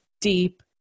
deep